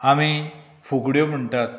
आमी फुगड्यो म्हणटात